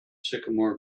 sycamore